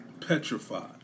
petrified